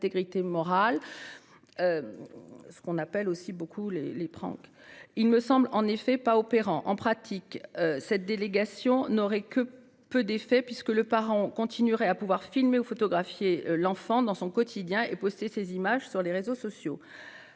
intégrité morale, ce qu'on appelle les. L'article ne semble en effet pas opérant : en pratique, cette délégation n'aurait que peu d'effet, puisque le parent continuerait à pouvoir filmer ou photographier l'enfant dans son quotidien et poster ces images sur les réseaux sociaux.